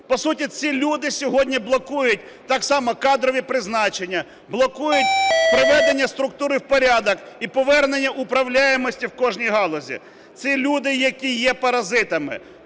По суті, ці люди сьогодні блокують так само кадрові призначення, блокують приведення структури в порядок і повернення управляємості в кожній галузі. Ці люди, які є паразитами.